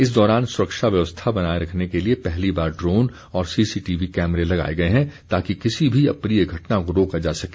इस दौरान सुरक्षा व्यवस्था बनाए रखने के लिए पहली बार ड्रोन और सीसीटीवी कैमरे लगाए गए हैं ताकि किसी भी अप्रीय घटना को रोका जा सके